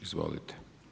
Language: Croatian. Izvolite.